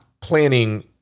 planning